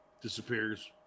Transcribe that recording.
Disappears